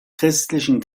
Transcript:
christlichen